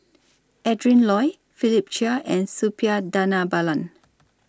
Adrin Loi Philip Chia and Suppiah Dhanabalan